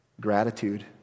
Gratitude